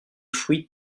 fruits